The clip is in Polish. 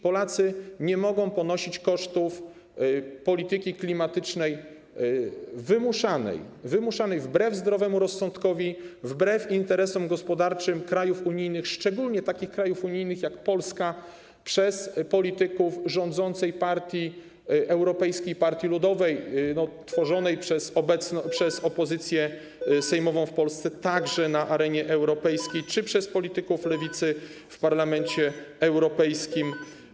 Polacy nie mogą ponosić kosztów polityki klimatycznej wymuszanej wbrew zdrowemu rozsądkowi, wbrew interesom gospodarczym krajów unijnych, szczególnie takich krajów unijnych jak Polska, przez polityków rządzącej partii, Europejskiej Partii Ludowej, tworzonej także przez opozycję sejmową w Polsce na arenie europejskiej czy przez polityków Lewicy w Parlamencie Europejskim.